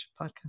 podcast